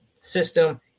system